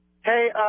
Hey